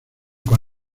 con